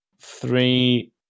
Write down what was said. three